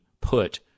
put